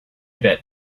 bet